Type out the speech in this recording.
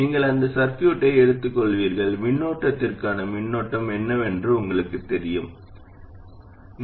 நீங்கள் இந்த சர்க்யூட்டை எடுத்துக்கொள்வீர்கள் மின்னோட்டத்திற்கான மின்னோட்டம் என்னவென்று உங்களுக்குத் தெரியாது என்று பாசாங்கு செய்யலாம்